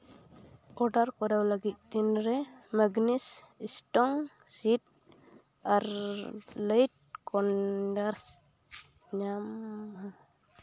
order ᱠᱚᱨᱟᱣ ᱞᱟᱹᱜᱤᱫ ᱛᱤᱱᱨᱮ ᱢᱮᱜᱽᱱᱮᱥ ᱥᱴᱚᱨᱮᱡ ᱥᱴᱤᱞ ᱮᱭᱟᱨᱴᱟᱭᱤᱴ ᱠᱚᱱᱴᱤᱱᱟᱨ ᱧᱟᱢᱚᱜᱼᱟ